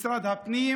משרד הפנים,